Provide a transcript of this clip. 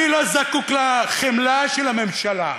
אני לא זקוק לחמלה של הממשלה.